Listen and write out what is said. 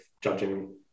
judging